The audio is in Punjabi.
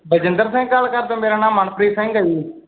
ਬਲਜਿੰਦਰ ਸਿੰਘ ਗੱਲ ਕਰਦੇ ਹੋ ਮੇਰਾ ਨਾਮ ਮਨਪ੍ਰੀਤ ਸਿੰਘ ਆ ਜੀ